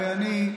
הרי אני,